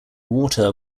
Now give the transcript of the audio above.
water